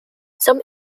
some